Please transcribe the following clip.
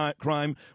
crime